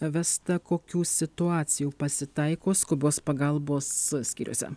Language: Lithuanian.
vesta kokių situacijų pasitaiko skubios pagalbos skyriuose